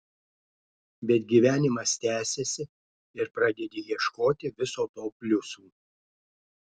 bet gyvenimas tęsiasi ir pradedi ieškoti viso to pliusų